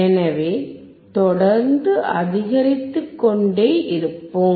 எனவே தொடர்ந்து அதிகரித்துக்கொண்டே இருப்போம்